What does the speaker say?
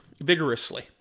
vigorously